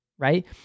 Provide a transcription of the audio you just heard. Right